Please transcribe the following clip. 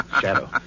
Shadow